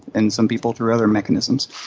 and some people through other mechanisms.